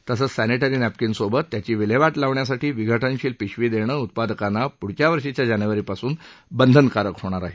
तसंच समिटरी नप्रक्रिनसोबत त्याची विल्हेवाट लावण्यासाठी विघटनशील पिशवी देणं उत्पादकांना पुढच्या वर्षीच्या जानेवारीपासून बंधनकारक होणार आहे